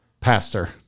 pastor